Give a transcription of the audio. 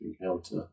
encounter